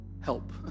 help